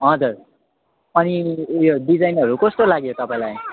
हजुर अनि उयो डिजाइनहरू कस्तो लाग्यो तपाईँलाई